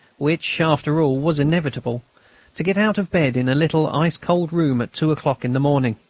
which, after all, was inevitable to get out of bed in a little ice-cold room at two o'clock in the morning.